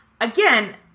again